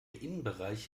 innenbereich